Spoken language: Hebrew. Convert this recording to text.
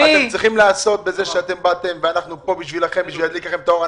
כדי להדליק לכם את האור.